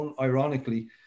ironically